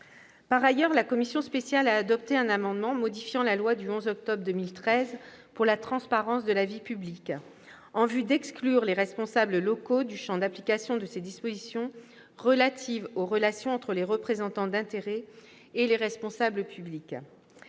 Par ailleurs, la commission spéciale a adopté un amendement modifiant la loi du 11 octobre 2013 relative à la transparence de la vie publique, en vue d'exclure les responsables locaux du champ d'application de ses dispositions relatives aux relations entre les représentants d'intérêts et les responsables publics.